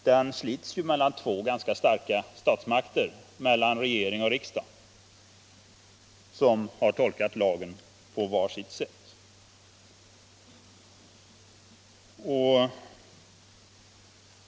Den slits mellan två starka statsmakter, mellan regering och riksdag, som har tolkat lagen på var sitt sätt.